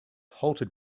halted